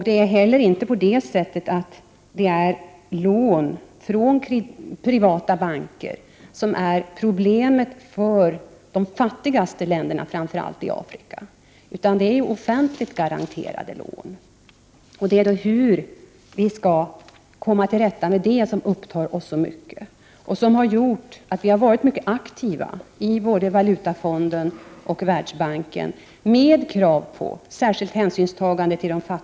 Det är inte heller lån från privata banker som är problemet för framför allt de fattigaste länderna i Afrika, utan det är offentligt garanterade lån. Frågan om hur vi skall komma till rätta med detta upptar mycket av vår tid och har gjort att vi har varit väldigt aktiva i både Valutafonden och Världsbanken. Vi har ställt krav på att man skall ta Prot.